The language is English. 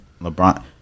LeBron